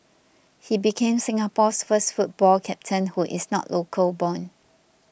he became Singapore's first football captain who is not local born